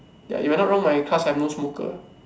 ya if I'm not wrong my class have no smoker ah